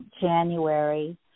January